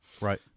Right